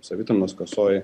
savitarnos kasoj